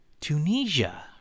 Tunisia